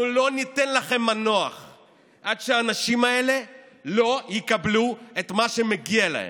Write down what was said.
אנחנו לא ניתן לכם מנוח עד שהאנשים האלה יקבלו את מה שמגיע להם,